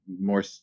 more